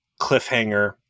cliffhanger